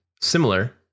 similar